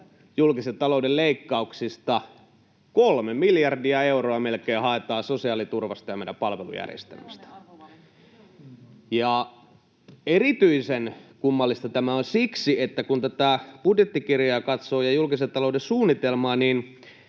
julkisen talouden leikkauksista melkein 3 miljardia euroa haetaan sosiaaliturvasta ja meidän palvelujärjestelmästä. Ja erityisen kummallista tämä on siksi, että kun tätä budjettikirjaa ja julkisen talouden suunnitelmaa